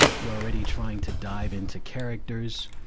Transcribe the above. you're already trying to dive into characters,